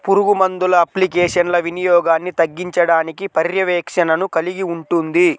పురుగుమందుల అప్లికేషన్ల వినియోగాన్ని తగ్గించడానికి పర్యవేక్షణను కలిగి ఉంటుంది